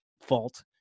fault